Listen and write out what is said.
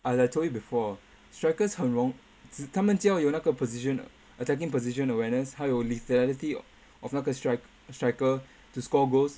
I like told you before strikers 很容他们只要有那个 position attacking position awareness 还有 lethality of 那个 strike~ striker to score goals